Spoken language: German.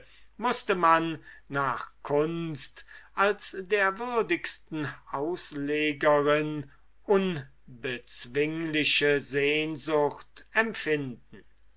mußte man nach kunst als der würdigsten auslegerin unbezwingliche sehnsucht empfinden